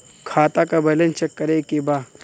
खाता का balance check करे के बा?